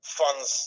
funds